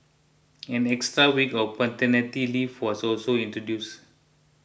an extra week of paternity leave was also introduced